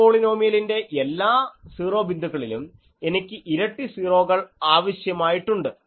ഈ പോളിനോമിയലിൻറെ എല്ലാ സീറോ ബിന്ദുക്കളിലും എനിക്ക് ഇരട്ടി സീറോകൾ ആവശ്യമുണ്ട്